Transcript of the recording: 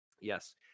Yes